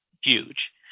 huge